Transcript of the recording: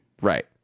Right